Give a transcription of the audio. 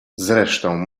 zresztą